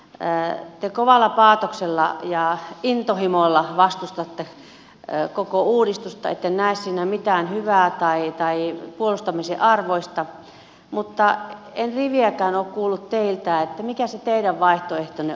te kovalla paatoksella ja intohimolla vastustatte koko uudistusta ette näe siinä mitään hyvää tai puolustamisen arvoista mutta en riviäkään ole kuullut teiltä mikä se teidän vaihtoehtonne olisi